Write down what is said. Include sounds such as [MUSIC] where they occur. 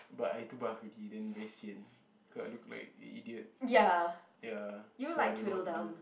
but I too buff already then very sian cause I look like a idiot [NOISE] ya so I don't know what to do